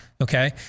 okay